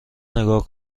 نیگا